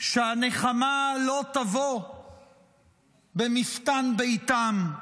שהנחמה לא תבוא במפתן ביתן.